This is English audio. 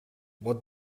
what